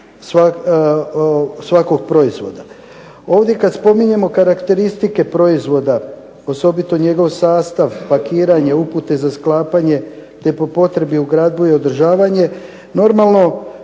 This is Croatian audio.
svakog proizvoda. Ovdje kad spominjemo karakteristike proizvoda osobito njegov sastav, pakiranje, upute za sklapanje, te po potrebi .../Govornik se ne